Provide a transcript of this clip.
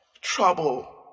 trouble